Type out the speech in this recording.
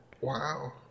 Wow